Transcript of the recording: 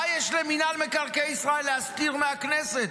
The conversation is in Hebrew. מה יש למינהל מקרקעי ישראל להסתיר מהכנסת,